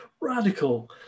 radical